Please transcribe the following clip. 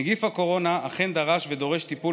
נגיף הקורונה אכן דרש ודורש טיפול